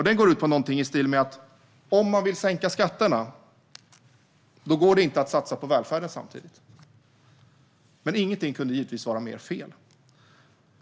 Det går ungefär ut på att om man vill sänka skatterna går det inte att samtidigt satsa på välfärden. Ingenting kunde givetvis vara mer fel.